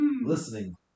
listening